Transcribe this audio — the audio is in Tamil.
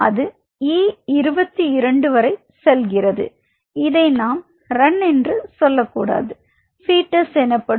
அது E22 வரை செல்கிறது இதை நாம் ரன் என்னும் சொல்லக்கூடாது பீட்டஸ் எனப்படும்